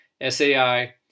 SAI